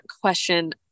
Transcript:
question